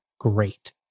Great